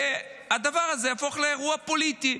והדבר הזה יהפוך לאירוע פוליטי,